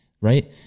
right